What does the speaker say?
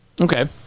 Okay